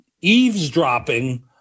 eavesdropping